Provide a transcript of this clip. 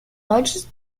largest